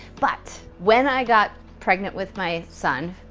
but when i got pregnant with my son,